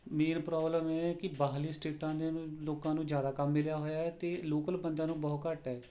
main problem ਇਹ ਹੈ ਕਿ ਬਾਹਰਲੀ ਸਟੇਟਾਂ ਦਿਆ ਨੂੰ ਲੋਕਾਂ ਨੂੰ ਜ਼ਿਆਦਾ ਕੰਮ ਮਿਲਿਆ ਹੋਇਆ ਹੈ ਅਤੇ ਲੋਕਲ ਬੰਦਿਆਂ ਨੂੰ ਬਹੁਤ ਘੱਟ ਹੈ